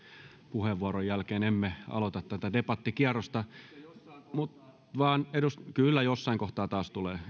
puheenvuoron jälkeen emme aloita debattikierrosta kyllä jossain kohtaa taas tulee